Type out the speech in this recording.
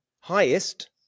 highest